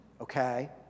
okay